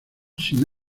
sin